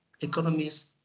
economies